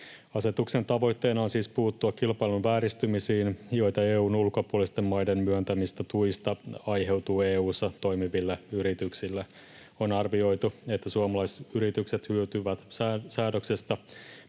Asetuksen tavoitteena on siis puuttua kilpailun vääristymisiin, joita EU:n ulkopuolisten maiden myöntämistä tuista aiheutuu EU:ssa toimiville yrityksille. On arvioitu, että suomalaiset yritykset hyötyvät säädöksestä,